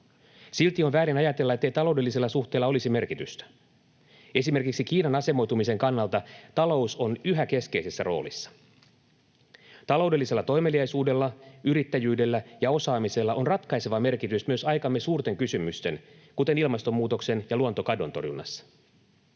Silti on väärin ajatella, ettei taloudellisilla suhteilla olisi merkitystä. Esimerkiksi Kiinan asemoitumisen kannalta talous on yhä keskeisessä roolissa. Taloudellisella toimeliaisuudella, yrittäjyydellä ja osaamisella on ratkaiseva merkitys myös aikamme suurten kysymysten — kuten ilmastonmuutoksen ja luontokadon torjunnassa.